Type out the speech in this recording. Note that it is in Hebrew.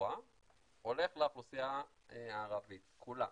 בתחבורה הולך לאוכלוסייה הערבית כולה.